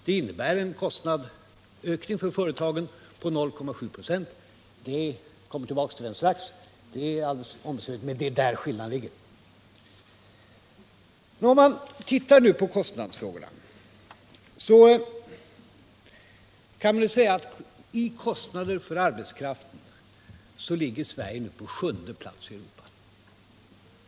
Den innebär en kostnadsökning för företagen på 0,7 96 — jag kommer tillbaka till det strax. Men detta visar var skillnaden ligger. Beträffande kostnader för arbetskraften ligger Sverige på sjunde plats i Europa.